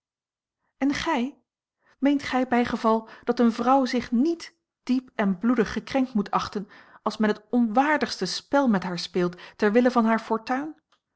en gij meent gij bijgeval dat eene vrouw zich niet diep en bloedig gekrenkt moet achten als men het onwaardigste spel met haar speelt ter wille van hare fortuin